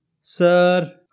Sir